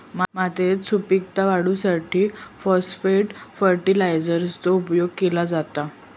मातयेची सुपीकता वाढवूसाठी फाॅस्फेट फर्टीलायझरचो उपयोग केलो जाता